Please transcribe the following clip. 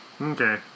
Okay